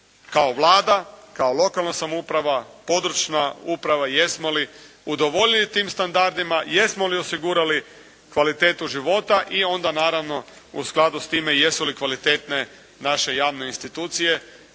kao Vlada, kao lokalna samouprava, područna uprava, jesmo li udovoljili tim standardima, jesmo li osigurali kvalitetu života i onda naravno u skladu s time jesu li kvalitetne naše javne institucije